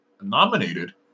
nominated